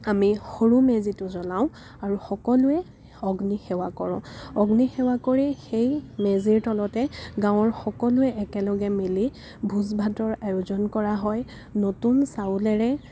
আমি সৰু মেজিটো জ্বলাও আৰু সকলোৱে অগ্নি সেৱা কৰোঁ অগ্নি সেৱা কৰি সেই মেজিৰ তলতে গাঁৱৰ সকলোৱে একেলগে মিলি ভোজ ভাতৰ আয়োজন কৰা হয় নতুন চাউলেৰে